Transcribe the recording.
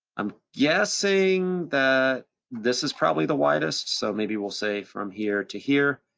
i'm guessing that this is probably the widest, so maybe we'll say from here to here,